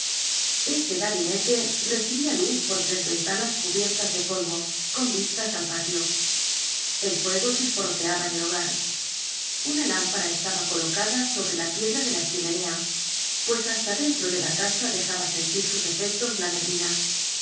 ese gabinete recibía luz por tres ventanas cubiertas de polvo con vistas al patio el fuego chisporroteaba en el hogar una lámpara estaba colocada sobre la piedra de la chimenea pues hasta dentro de la casa dejaba sentir sus efectos la neblina